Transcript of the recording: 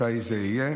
מתי זה יהיה?